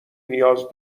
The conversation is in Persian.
نیاز